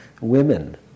women